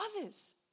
others